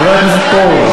חבר הכנסת פרוש.